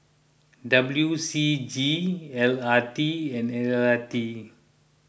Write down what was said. W C G L R T and L R T